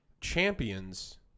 champions